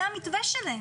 זה המתווה שלהן.